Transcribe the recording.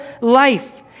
life